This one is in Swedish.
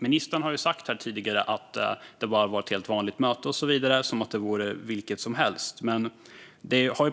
Ministern har sagt här tidigare att det bara var ett helt vanligt möte och så vidare, som att det vore vilket möte som helst. Men det har